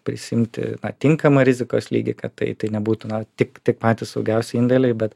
prisiimti na tinkamą rizikos lygį kad tai tai nebūtų na tik tik patys saugiausi indėliai bet